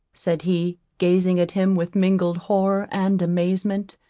said he, gazing at him with mingled horror and amazement